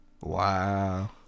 Wow